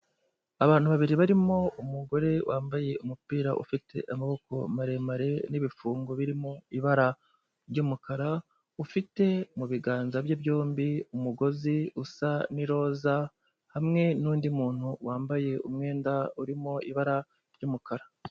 Abantu babiri barimo umugore wambaye umupira ufite amaboko maremare n'ibifungo birimo ibara ry'umukara, ufite mu biganza bye byombi umugozi usa n'iroza, hamwe n'undi muntu wambaye umwenda urimo ibara ry'umukara.